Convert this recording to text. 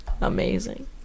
Amazing